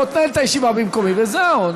בא תנהל את הישיבה במקומי וזהו.